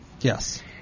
yes